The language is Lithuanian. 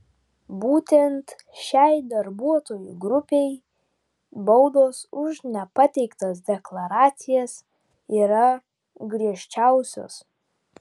būtent šiai darbuotojų grupei baudos už nepateiktas deklaracijas yra griežčiausios